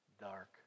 dark